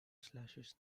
slashes